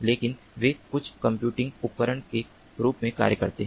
लेकिन वे लघु कंप्यूटिंग उपकरण के रूप में कार्य करते हैं